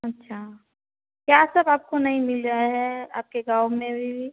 अच्छा क्या सब आपको नहीं मिल रहा है आपके गाँव में भी